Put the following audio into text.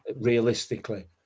realistically